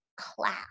class